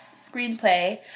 screenplay